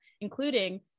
including